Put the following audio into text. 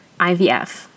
IVF